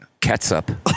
ketchup